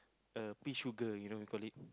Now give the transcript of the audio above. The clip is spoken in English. uh pay sugar you know we call it